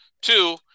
two